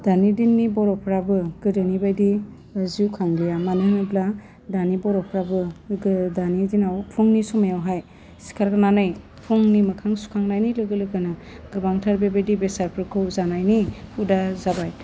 दानि दिननि बर'फ्राबो गोदोनि बायदि जिउ खांलिया मानो होनोब्ला दानि बर'फ्राबो दानि दिनाव फुंनि समायावहाय सिखारनानै फुंनि मोखां सुखांनायनि लोगो लोगोनो गोबांथार बेबायदि बेसादफोरखौ जानायनि हुदा जाबाय